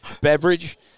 beverage